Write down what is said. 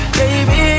baby